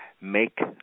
Make